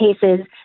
cases